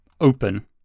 Open